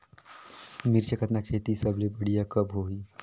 मिरचा कतना खेती सबले बढ़िया कब होही?